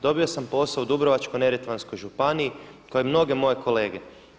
Dobio sam posao u Dubrovačko-neretvanskoj županiji kao i mnoge moje kolege.